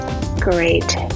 great